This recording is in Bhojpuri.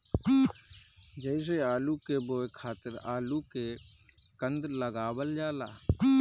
जइसे आलू के बोए खातिर आलू के कंद लगावल जाला